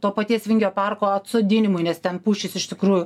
to paties vingio parko atsodinimui nes ten pušys iš tikrųjų